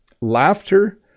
Laughter